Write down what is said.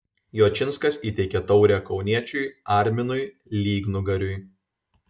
jočinskas įteikė taurę kauniečiui arminui lygnugariui